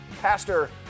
Pastor